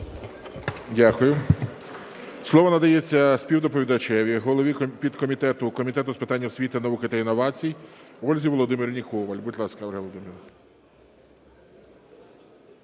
Дякую. Слово надається співдоповідачеві, голові підкомітету Комітету з питань освіти, науки та інновацій Ользі Володимирівні